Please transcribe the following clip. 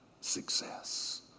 success